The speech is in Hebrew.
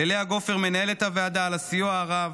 ללאה גופר, מנהלת הוועדה, על הסיוע הרב,